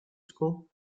school